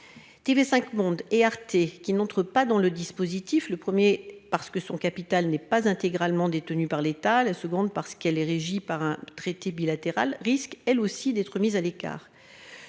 TV5 Monde et Arte qui n'entre pas dans le dispositif. Le premier parce que son capital n'est pas intégralement détenu par l'État. La seconde parce qu'elle est régie par un traité bilatéral risque elle aussi d'être mise à l'écart.